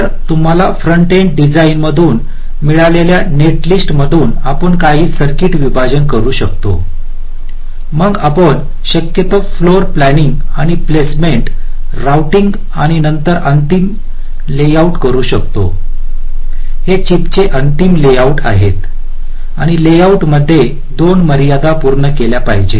तर तुम्हाला front end डिझाईनमधून मिळालेल्या नेटलिस्टमधून आपण काही सर्किट विभाजन करू शकतो मग आपण शक्यतो फ्लोर प्लॅनिंग आणि प्लेसमेंट रोऊटिंग आणि नंतर अंतिम लेआउट करू शकतो हे चिपचे अंतिम लेआउट आहेत आणि लेआउटमध्ये 2 मर्यादा पूर्ण केल्या पाहिजेत